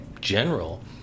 general